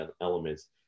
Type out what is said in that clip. elements